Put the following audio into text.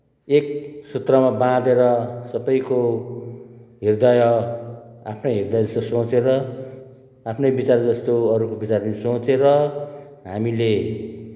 एक सूत्रमा बाँधेर सबैको हृदय आफ्नै हृदय जस्तो सोचेर आफ्नै विचार जस्तो अरूको विचार पनि सोचेर हामीले